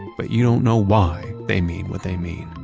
but you don't know why they mean what they mean.